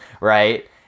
right